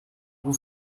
vous